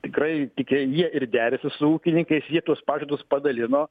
tikrai tik jie ir derasi su ūkininkais jie tuos pažadus padalino